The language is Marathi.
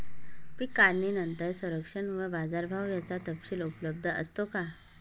पीक काढणीनंतर संरक्षण व बाजारभाव याचा तपशील उपलब्ध असतो का?